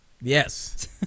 Yes